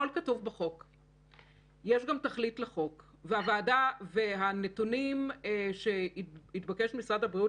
גם בדוח לפני וגם בדוח שבו הוא התחיל שעומד להיות שינוי,